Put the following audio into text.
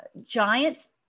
giants